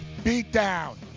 beatdown